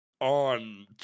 on